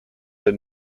der